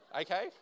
Okay